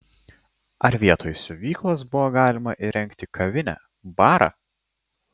ar vietoj siuvyklos buvo galima įrengti kavinę barą